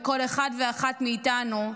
בכל אחד ואחת מאיתנו,